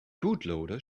bootloader